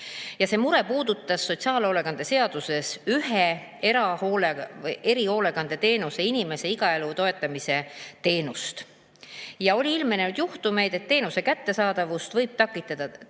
See mure puudutas sotsiaalhoolekande seaduses ühe erihoolekandeteenuse, inimese igapäevaelu toetamise teenust. Oli ilmnenud juhtumeid, kus teenuse kättesaadavust võis takistada teenuse